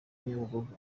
nyabugogo